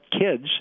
kids